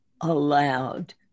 allowed